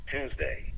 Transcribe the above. Tuesday